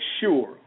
sure